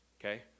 Okay